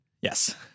Yes